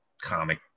comic